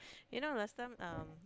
you know last time um